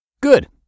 Good